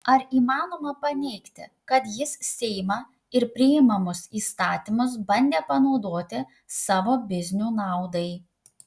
ar įmanoma paneigti kad jis seimą ir priimamus įstatymus bandė panaudoti savo biznių naudai